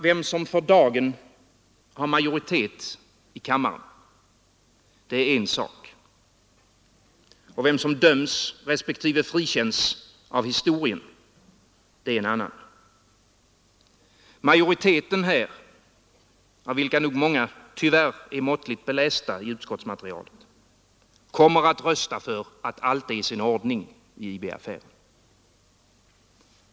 Vem som för dagen har majoritet i kammaren är en sak, vem som döms respektive frikänns av historien är en annan. Majoriteten av riksdagens ledamöter, av vilka många nog tyvärr är måttligt belästa i utskottsmaterialet, kommer att rösta för att allt är i sin ordning i IB-affären.